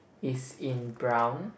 is in brown